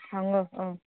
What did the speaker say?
ꯍꯪꯉꯣ ꯑꯥ